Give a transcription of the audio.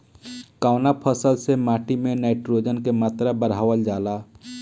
कवना फसल से माटी में नाइट्रोजन के मात्रा बढ़ावल जाला?